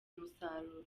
umusaruro